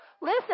listen